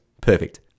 perfect